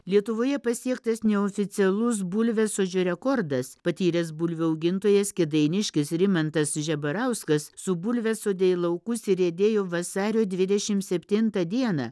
lietuvoje pasiektas neoficialus bulviasodžio rekordas patyręs bulvių augintojas kėdainiškis rimantas žebarauskas su bulviasode į laukus įriedėjo vasario dvidešim septintą dieną